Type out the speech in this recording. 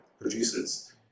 producers